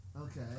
Okay